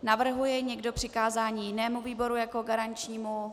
Navrhuje někdo přikázání jinému výboru jako garančnímu?